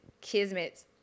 kismet